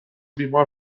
بیمار